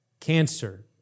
cancer